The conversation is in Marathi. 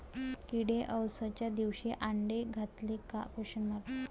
किडे अवसच्या दिवशी आंडे घालते का?